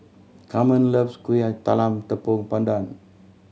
Carmen loves Kueh Talam Tepong Pandan